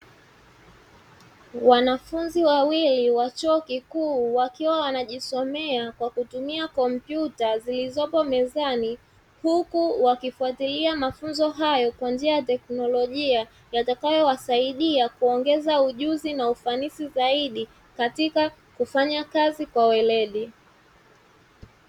Wanafunzi wawili wa chuo kikuu wakiwa wanajisomea kwa kutumia kompyuta zilizopo mezani, huku wakifuatilia mafunzo hayo kwa njia ya teknolojia yatakayowasaidia kuongeza ujuzi na ufanisi zaidi katika kufanya kazi kwa weledi.